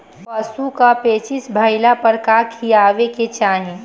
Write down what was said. पशु क पेचिश भईला पर का खियावे के चाहीं?